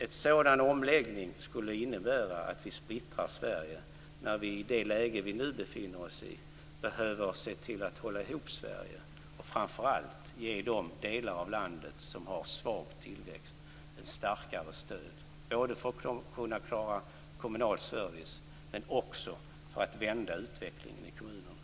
En sådan omläggning skulle innebära att vi splittrar Sverige när vi i det läge vi nu befinner oss i behöver se till att hålla ihop Sverige. Det gäller framför allt att ge de delar av landet som har svag tillväxt ett starkare stöd både för att kunna klara kommunal service men också för att vända utvecklingen i kommunerna.